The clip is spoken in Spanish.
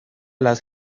las